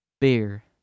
Beer